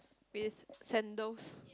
with sandals